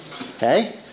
Okay